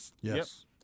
yes